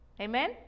Amen